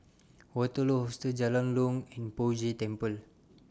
Waterloo Hostel Jalan Jong and Poh Jay Temple